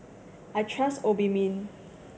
I trust Obimin